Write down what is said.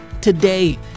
today